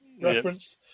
reference